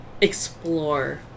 explore